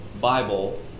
Bible